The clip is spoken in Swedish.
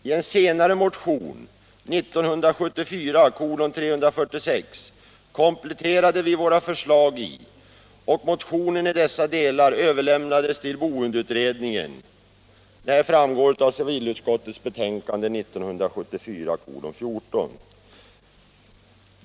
I en senare motion, 1974:346, kompletterade vi våra förslag, och motionen i dessa delar överlämnades till boendeutredningen enligt civilutskottets förslag i dess betänkande 1974:14.